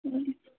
जी